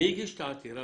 מי הגיש את העתירה?